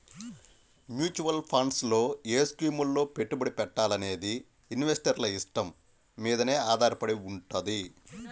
mutual funds లో ఏ స్కీముల్లో పెట్టుబడి పెట్టాలనేది ఇన్వెస్టర్ల ఇష్టం మీదనే ఆధారపడి వుంటది